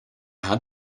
had